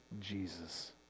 Jesus